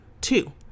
Two